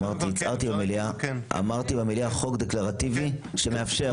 אמרתי במליאה שזה חוק דקלרטיבי שמאפשר.